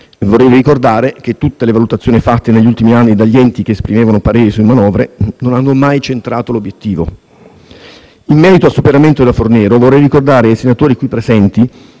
Vorrei ricordare che tutte le valutazioni fatte negli ultimi anni dagli enti che esprimevano parere sulle manovre non hanno mai centrato l'obiettivo. In merito al superamento della cosiddetta legge Fornero, vorrei ricordare ai senatori presenti